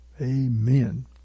Amen